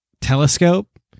telescope